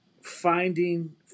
finding